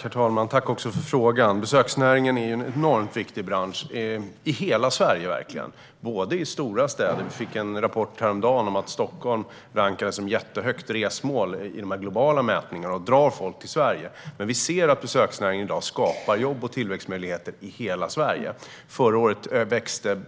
Herr talman! Tack för frågan! Besöksnäringen är en enormt viktig bransch i hela Sverige. Den är viktig i stora städer. Vi fick en rapport häromdagen om att Stockholm rankas jättehögt som resmål i de globala mätningarna och drar folk till Sverige. Men vi ser att besöksnäringen i dag skapar jobb och tillväxtmöjligheter i hela Sverige. Förra året växte